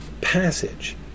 passage